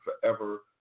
forever